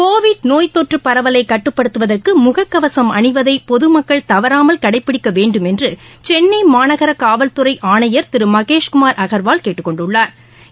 Covid நோய் தொற்றுபரவலைகட்டுப்படுத்துவதற்குழுககவசம் அணிவதைபொதுமக்கள் தவறாமல் கடைப்பிடிக்கவேண்டுமென்றுசென்னைமாநகரகாவல்துறைஆனையா் திருமகேஷ் குமார் அகாவால் கேட்டுக் கொண்டுள்ளாா்